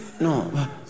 No